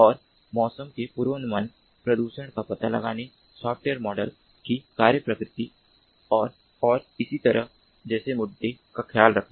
और मौसम के पूर्वानुमान प्रदूषण का पता लगाने सॉफ्टवेयर मॉडल की कार्य प्रकृति और इसी तरह जैसे मुद्दों का ख्याल रखना